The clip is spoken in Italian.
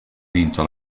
vinto